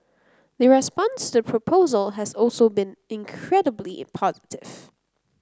the response to the proposal has also been incredibly positive